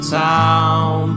town